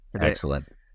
excellent